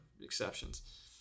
exceptions